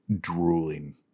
drooling